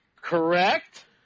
correct